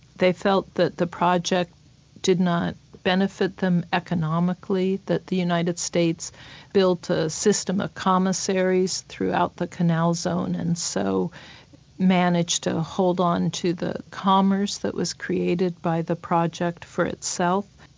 they felt that the project did not benefit them economically, that the united states built a system of commissaries throughout the canal zone and so managed to hold on to the commerce that was created by the project for itself.